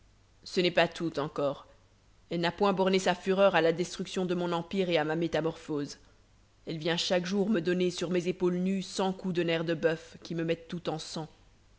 ce n'est pas tout encore elle n'a point borné sa fureur à la destruction de mon empire et à ma métamorphose elle vient chaque jour me donner sur mes épaules nues cent coups de nerf de boeuf qui me mettent tout en sang